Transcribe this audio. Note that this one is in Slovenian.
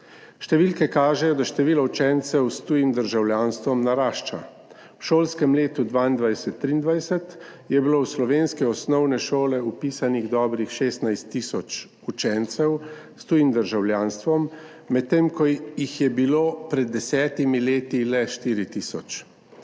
Številke kažejo, da število učencev s tujim državljanstvom narašča. V šolskem letu 2022/2023 je bilo v slovenske osnovne šole vpisanih dobrih 16 tisoč učencev s tujim državljanstvom, medtem ko jih je bilo pred desetimi leti le štiri tisoč.